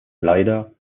leider